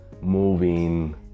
moving